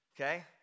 okay